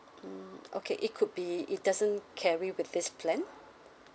mm okay it could be it doesn't carry with this plan